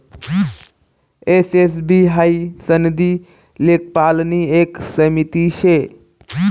ए, S, B हाई सनदी लेखापालनी एक समिती शे